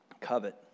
covet